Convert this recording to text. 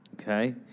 Okay